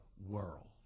world